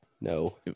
no